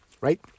Right